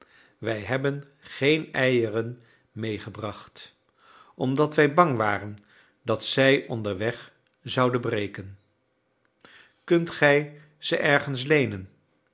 wij hebben geen eieren meegebracht omdat wij bang waren dat zij onderweg zouden breken kunt gij ze ergens leenen